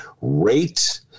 Rate